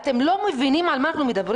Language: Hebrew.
אתם לא מבינים על מה אנחנו מדברים?